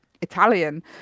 Italian